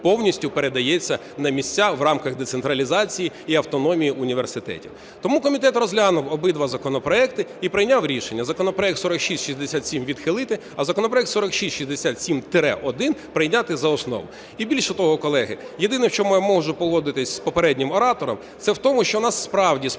повністю передається на місця в рамках децентралізації і автономії університетів. Тому комітет розглянув обидва законопроекти і прийняв рішення: законопроект 4667 відхилити, а законопроект 4667-1 прийняти за основу. І, більше того, колеги, єдине, в чому я можу погодитися з попереднім оратором, це в тому, що у нас справді спливає